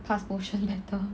pass motion better